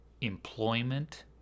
employment